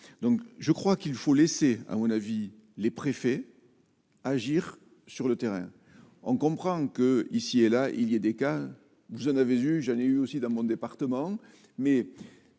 donc je crois qu'il faut laisser à mon avis, les préfets, agir sur le terrain, on comprend que, ici et là, il y a des cas, vous en avez eu, j'en ai eu aussi dans mon département, mais